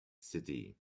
city